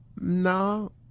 no